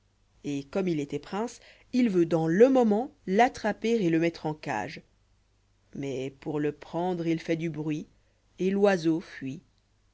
et comme il étoit prince il veut dans le moment l'attraper et le mettre en cage mais pour le prendre il fait du bruit et l'oiseau fuit